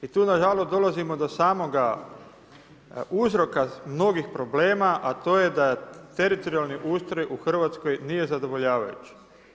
I tu nažalost dolazimo do samoga uzroka mnogih problema, a to je da je teritorijalni ustroj u Hrvatskoj nije zadovoljavajući.